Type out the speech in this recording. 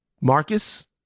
Marcus